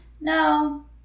no